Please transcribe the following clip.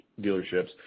dealerships